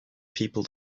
people